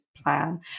plan